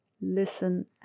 listen